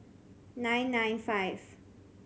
nine nine five